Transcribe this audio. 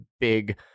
big